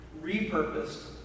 repurposed